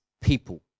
people